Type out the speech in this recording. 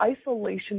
isolation